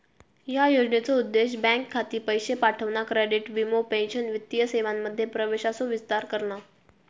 ह्या योजनेचो उद्देश बँक खाती, पैशे पाठवणा, क्रेडिट, वीमो, पेंशन वित्तीय सेवांमध्ये प्रवेशाचो विस्तार करणा